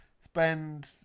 spend